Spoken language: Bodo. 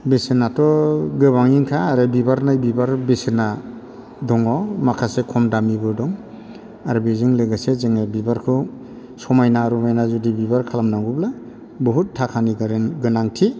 बेसेनाथ' गोबाङैनोखा आरो बिबार नायै बिबार बेसेना दङ माखासे खम दामनिबो दं आरो बेजों लोगोसे जोङो बिबारखौ समायना रमायना जुदि बिबार खालामनांगौब्ला बहुत थाखानि गोनांथि